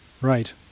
Right